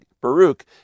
Baruch